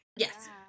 Yes